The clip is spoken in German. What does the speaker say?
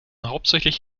hauptsächlich